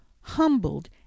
humbled